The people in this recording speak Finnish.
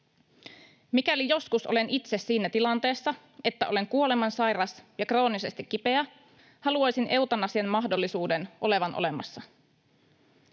Mikäli joskus olen itse siinä tilanteessa, että olen kuolemansairas ja kroonisesti kipeä, haluaisin eutanasian mahdollisuuden olevan olemassa.